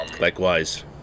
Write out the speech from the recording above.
Likewise